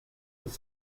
his